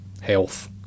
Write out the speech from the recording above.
health